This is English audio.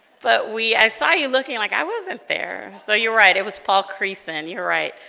but we i saw you looking like i wasn't there so you're right it was fall creason you're right